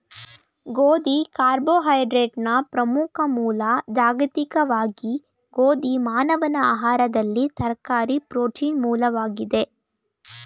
ಗೋಧಿ ಕಾರ್ಬೋಹೈಡ್ರೇಟ್ನ ಪ್ರಮುಖ ಮೂಲ ಜಾಗತಿಕವಾಗಿ ಗೋಧಿ ಮಾನವ ಆಹಾರದಲ್ಲಿ ತರಕಾರಿ ಪ್ರೋಟೀನ್ನ ಮೂಲವಾಗಿದೆ